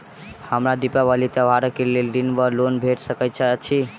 हमरा दिपावली त्योहारक लेल ऋण वा लोन भेट सकैत अछि?